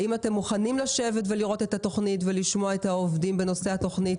האם אתם מוכנים לשבת לראות את התוכנית ולשמוע את העובדים בנושא התוכנית?